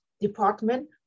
Department